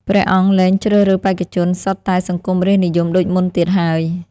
ព្រះអង្គលែងជ្រើសរើសបេក្ខជនសុទ្ធតែសង្គមរាស្ត្រនិយមដូចមុនទៀតហើយ។